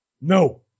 No